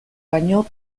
baino